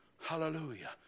Hallelujah